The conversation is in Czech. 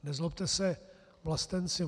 Nezlobte se, vlastenci...